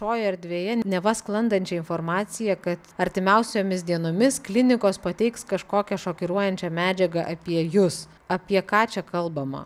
toj erdvėje neva sklandančia informacija kad artimiausiomis dienomis klinikos pateiks kažkokią šokiruojančią medžiagą apie jus apie ką čia kalbama